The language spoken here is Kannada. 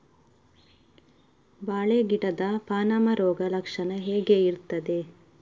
ಬಾಳೆ ಗಿಡದ ಪಾನಮ ರೋಗ ಲಕ್ಷಣ ಹೇಗೆ ಇರ್ತದೆ?